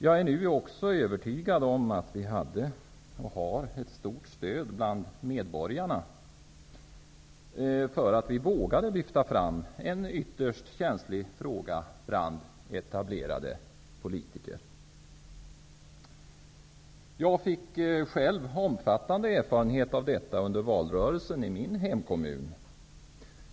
Jag är övertygad om att vi har och hade stort stöd från medborgarna för att vi vågade lyfta fram en, bland etablerade politiker, känslig fråga. Jag fick själv omfattande erfarenhet av detta i min hemkommun under valrörelsen.